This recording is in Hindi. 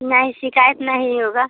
नहीं शिकायत नहीं होगा